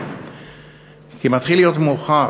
כי מתחיל להיות מאוחר.